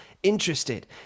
Interested